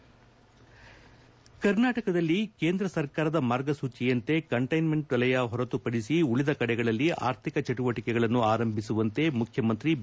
head ಕೇಂದ್ರ ಸರ್ಕಾರದ ಮಾರ್ಗಸೂಜಿಯಂತೆ ಕಂಟ್ಟೆನ್ಸೆಂಟ್ ವಲಯ ಹೊರತುಪಡಿಸಿ ಉಳಿದ ಕಡೆಗಳಲ್ಲಿ ಅರ್ಥಿಕ ಚಟುವಟಿಕೆಗಳನ್ನು ಆರಂಭಿಸುವಂತೆ ಮುಖ್ಯಮಂತ್ರಿ ಬಿ